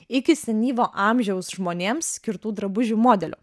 iki senyvo amžiaus žmonėms skirtų drabužių modelių